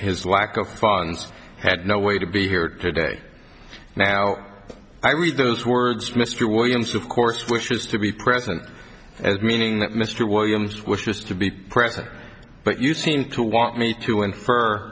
his lack of funds had no way to be here today now i read those words mr williams of course wishes to be present as meaning that mr williams was just to be present but you seem to want me to infer